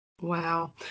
Wow